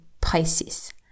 Pisces